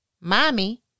Mommy